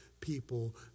people